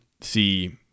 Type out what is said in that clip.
see